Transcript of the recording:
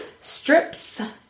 strips